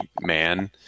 man